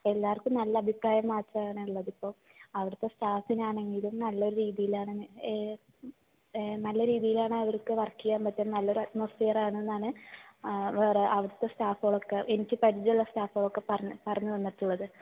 എല്ലാവർക്കും നല്ല അഭിപ്രായം മാത്രമാണ് ഉള്ളതിപ്പോൾ അവിടുത്തെ സ്റ്റാഫിനാണെങ്കിലും നല്ലൊരു രീതിയിലാണ് നല്ല രീതിയിലാണ് അവർക്കു വർക്ക് ചെയ്യാൻ പറ്റുന്നത് നാല്ലൊരു അറ്റ്മോസ്ഫിയർ ആണെന്നാണ് വേറെ അവിടത്തെ സ്റ്റാഫുകളൊക്കെ എനിക്ക് പരിചയുള്ള സ്റ്റാഫുകളൊക്കെ പറഞ്ഞ് പറഞ്ഞു തന്നിട്ടുള്ളത്